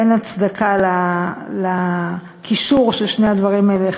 אין הצדקה לקישור של שני הדברים האלה.